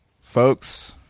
folks